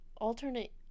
alternate